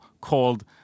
called